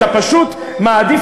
אתה פשוט מעדיף